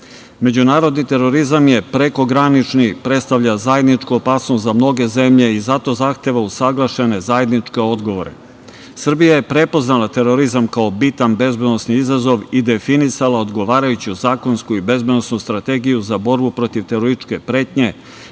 Međunarodni terorizam je prekogranični, predstavlja zajedničku opasnost za mnoge zemlje i zato zahteva usaglašene zajedničke odgovore. Srbija je prepoznala terorizam kao bitan bezbednosni izazov i definisala odgovarajuću zakonsku i bezbednosnu strategiju za borbu protiv terorističke pretnje,